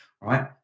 right